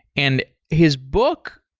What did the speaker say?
and his book,